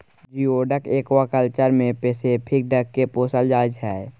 geoduck aquaculture मे Pacific duck केँ पोसल जाइ छै